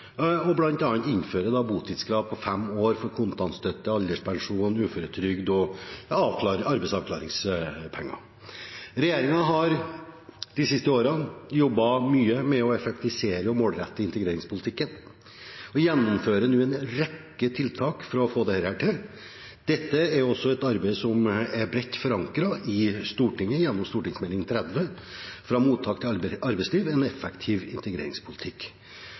og bl.a. innføre botidskrav på fem år for kontantstøtte, alderspensjon, uføretrygd og arbeidsavklaringspenger. Regjeringen har de siste årene jobbet mye med å effektivisere og målrette integreringspolitikken og gjennomfører nå en rekke tiltak for å få dette til. Dette er også et arbeid som er bredt forankret i Stortinget gjennom Meld. St. 30 for 2015–2016, Fra mottak til arbeidsliv – en effektiv integreringspolitikk.